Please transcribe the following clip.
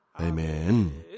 Amen